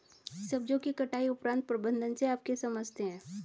सब्जियों की कटाई उपरांत प्रबंधन से आप क्या समझते हैं?